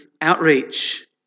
outreach